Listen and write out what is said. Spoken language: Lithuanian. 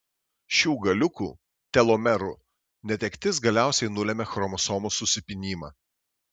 šių galiukų telomerų netektis galiausiai nulemia chromosomų susipynimą